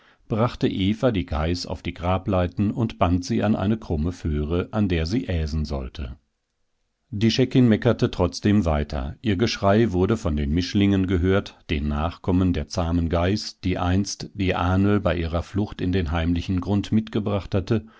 brachte eva die geiß auf die grableiten und band sie an eine krumme föhre an der sie äsen sollte die scheckin meckerte trotzdem weiter ihr geschrei wurde von den mischlingen gehört den nachkommen der zahmen geiß die einst die ahnl bei ihrer flucht in den heimlichen grund mitgebracht hatte